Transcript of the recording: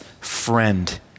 friend